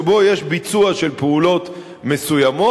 שבו יש ביצוע של פעולות מסוימות,